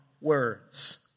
words